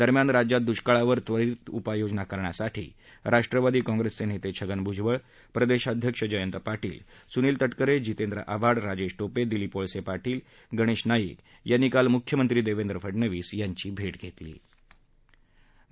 दरम्यान राज्यात दुष्काळावर त्वरित उपाययोजना करण्यासाठी राष्ट्रवादी काँप्रेसचे नेते छगन भूजबळ प्रदेशाध्यक्ष जयंत पाटील सुनील तटकरे जितेंद्र आव्हाड राजेश टोपे दिलीप वळसे पाटील गणेश नाईक यांनी काल मुख्यमंत्री देवेंद्र फडणवीस यांची भेट घेतली होती